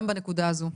גם בנקודה הזו.